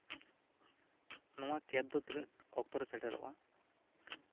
ᱱᱚᱣᱟ ᱠᱮᱵ ᱫᱚ ᱛᱤᱱᱟᱹᱜ ᱚᱠᱛᱚᱨᱮ ᱥᱮᱴᱮᱨᱚᱜᱼᱟ